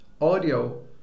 Audio